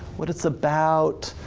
what it's about,